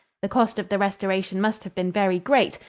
the cost of the restoration must have been very great,